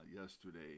yesterday